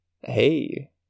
hey